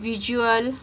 visual